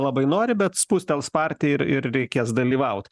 labai nori bet spustels partija ir ir reikės dalyvaut